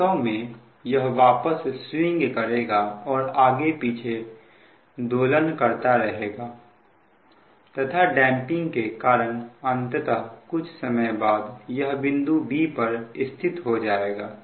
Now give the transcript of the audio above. वास्तव में यह वापस स्विंग करेगा और आगे पीछे दोलन करता रहेगा तथा डैंपिंग के कारण अंततः कुछ समय बाद यह बिंदु b पर स्थित हो जाएगा